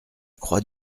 croix